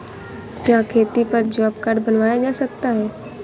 क्या खेती पर जॉब कार्ड बनवाया जा सकता है?